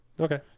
Okay